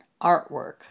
artwork